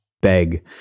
beg